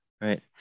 Right